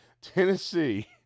Tennessee